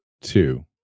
two